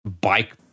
bike